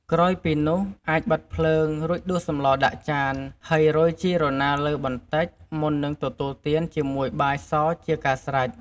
ក្រោយពីនោះ អាចបិទភ្លើង រួចដួសសម្លដាក់ចាន ហើយរោយ ជីរណាលើបន្តិច មុននឹងទទួលទានជាមួយបាយសជាការស្រេច។